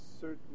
certain